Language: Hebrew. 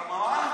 למה?